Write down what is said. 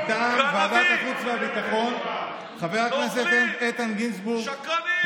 מטעם ועדת הכספים חבר הכנסת מאיר יצחק הלוי